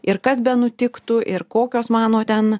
ir kas benutiktų ir kokios mano ten